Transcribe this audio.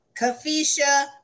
Kafisha